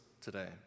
today